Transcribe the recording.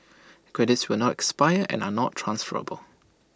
credits will not expire and are not transferable